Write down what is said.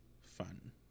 fun